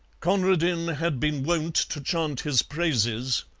conradin had been wont to chant his praises,